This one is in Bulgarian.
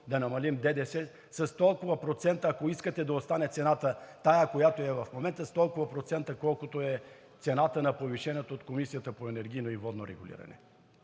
да намалим ДДС, ако искате да остане цената, която е в момента, с толкова процента, колкото е цената на повишението от Комисията за енергийно и водно регулиране.